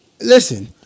Listen